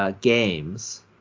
games